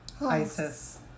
Isis